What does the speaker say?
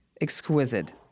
exquisite